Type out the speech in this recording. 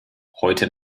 heute